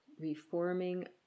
reforming